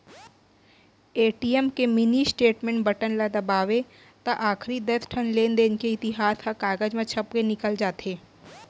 ATM के mini statement button ल दबावें त आखरी दस ठन लेनदेन के इतिहास ह कागज म छपके निकल जाथे